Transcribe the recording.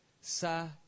sa